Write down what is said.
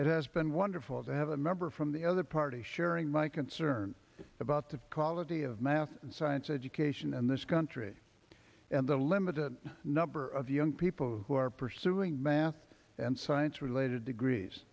it has been wonderful to have a member from the other party sharing my concern about the quality of math and science education in this country and the limited number of young people who are pursuing math and science related degrees